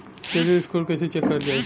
Credit score कइसे check करल जायी?